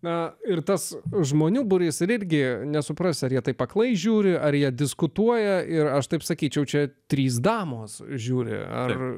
na ir tas žmonių būrys ir netgi nesupras ar jie taip aklai žiūri ar jie diskutuoja ir aš taip sakyčiau čia trys damos žiūri ar